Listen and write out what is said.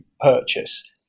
purchase